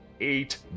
eight